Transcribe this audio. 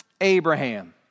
Abraham